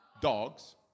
Dogs